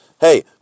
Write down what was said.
Hey